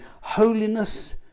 holiness